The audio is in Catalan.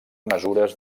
mesures